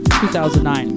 2009